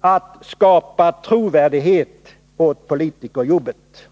att skapa trovärdighet åt politikerjobbet.